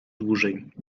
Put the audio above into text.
dłużej